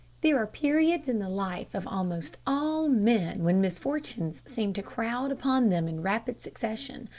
there are periods in the life of almost all men when misfortunes seem to crowd upon them in rapid succession,